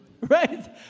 Right